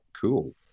Cool